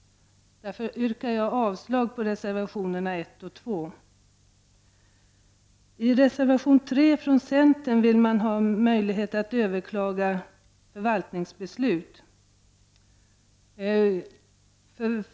Därför yrkar jag avslag på reservationerna 1 och 2. I reservation 3 vill centern att möjligheter att överklaga förvaltningsbeslut skall införas.